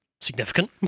significant